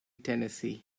tennessee